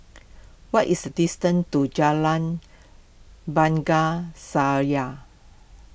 what is the distance to Jalan Bunga Saya